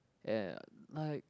ya ya ya like